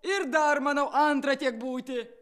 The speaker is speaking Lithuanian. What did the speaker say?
ir dar manau antra tiek būti